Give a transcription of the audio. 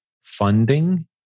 funding